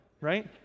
right